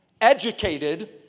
educated